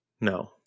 No